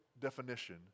definition